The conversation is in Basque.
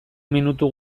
minutu